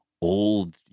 old